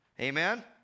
Amen